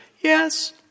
yes